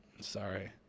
sorry